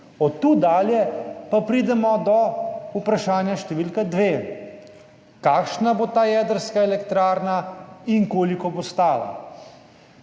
Od tu dalje pa pridemo do vprašanja številka dve: kakšna bo ta jedrska elektrarna in koliko bo stala.